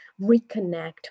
reconnect